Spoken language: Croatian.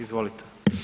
Izvolite.